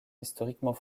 historiquement